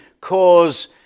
cause